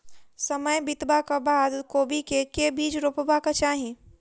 समय बितबाक बाद कोबी केँ के बीज रोपबाक चाहि?